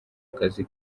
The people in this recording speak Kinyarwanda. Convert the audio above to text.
akazi